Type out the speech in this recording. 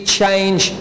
change